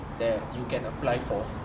that you can apply for